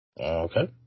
Okay